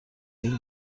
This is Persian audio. این